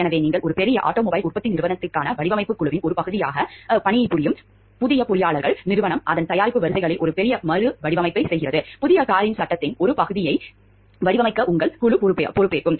எனவே நீங்கள் ஒரு பெரிய ஆட்டோமொபைல் உற்பத்தி நிறுவனத்திற்கான வடிவமைப்பு குழுவின் ஒரு பகுதியாக பணிபுரியும் புதிய பொறியாளர் நிறுவனம் அதன் தயாரிப்பு வரிசைகளில் ஒரு பெரிய மறுவடிவமைப்பைச் செய்கிறது புதிய காரின் சட்டத்தின் ஒரு பகுதியை வடிவமைக்க உங்கள் குழு பொறுப்பாகும்